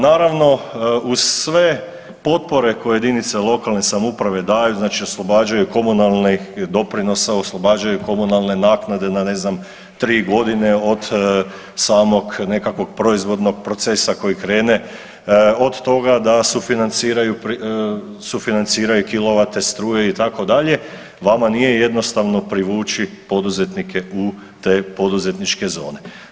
Naravno, uz sve potpore koje jedinice lokalne samouprave daju znači oslobađaju komunalnih doprinosa, oslobađaju komunalne naknade na, ne znam, 3 godine od samog nekakvog proizvodnog procesa koji krene, od toga da sufinanciranju kilovate struje, itd., vama nije jednostavno privući poduzetnike u te poduzetničke zone.